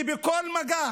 בכל מגע